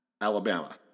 Alabama